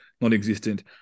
non-existent